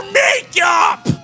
makeup